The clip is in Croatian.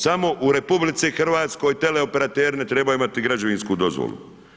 Samo u RH teleoperateri ne trebaju imati građevinsku dozvolu.